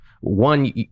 One